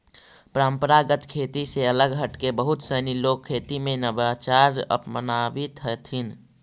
परम्परागत खेती से अलग हटके बहुत सनी लोग खेती में नवाचार अपनावित हथिन